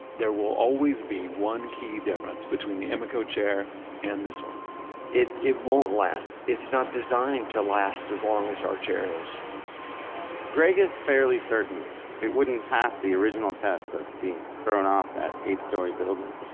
there will always be one key difference between the emeco chair and this one it it won't last, it's not designed to last as long as our chair is gregg is fairly certain it wouldn't pass the original test of being thrown off that eight story building.